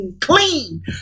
clean